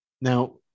Now